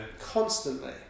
constantly